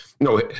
no